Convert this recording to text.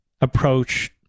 approach